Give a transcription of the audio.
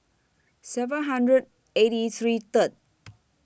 seven hundred eighty three Third